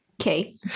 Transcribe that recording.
Okay